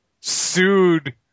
sued